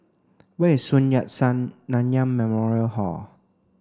where is Sun Yat Sen Nanyang Memorial Hall